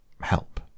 Help